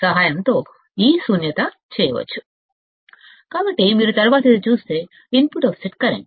సహాయంతో అవుట్పుట్ వోల్టేజ్ను శూన్యం చేయవచ్చు కాబట్టి మీరు తరువాతిది చూస్తే ఇన్పుట్ ఆఫ్సెట్ కరెంట్